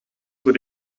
voor